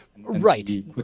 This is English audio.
Right